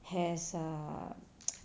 has err